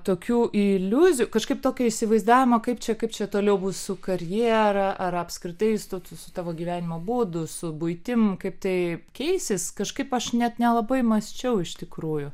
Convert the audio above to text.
tokių iliuzijų kažkaip tokio įsivaizdavimo kaip čia kaip čia toliau bus su karjera ar apskritai su tuo su tavo gyvenimo būdu su buitim kaip taip keisis kažkaip aš net nelabai mąsčiau iš tikrųjų